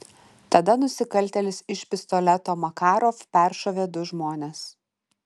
tada nusikaltėlis iš pistoleto makarov peršovė du žmones